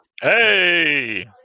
Hey